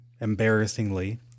embarrassingly